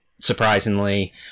surprisingly